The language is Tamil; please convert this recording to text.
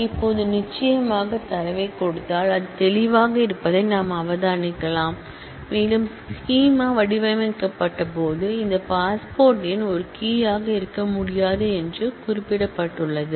இப்போது நிச்சயமாக டேட்டாவை கொடுத்தால் அது க்ளியர் ஆக இருப்பதை நாம் அப்சர்வ் செய்யலாம் மேலும் ஸ்கீமா வடிவமைக்கப்பட்டபோது இந்த பாஸ்போர்ட் எண் ஒரு கீ யாக இருக்க முடியாது என்றும் குறிப்பிடப்பட்டுள்ளது